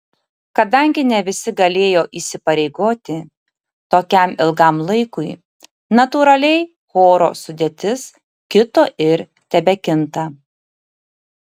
kadangi ne visi galėjo įsipareigoti tokiam ilgam laikui natūraliai choro sudėtis kito ir tebekinta